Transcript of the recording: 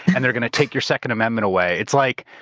and they're going to take your second amendment away. it's like,